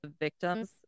victims